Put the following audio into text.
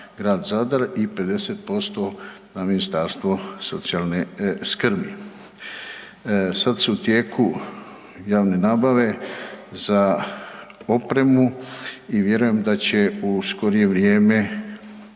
i 50% na Ministarstvo socijalne skrbi. Sad su u tijeku javne nabave za opremu i vjerujem da će u skorije vrijeme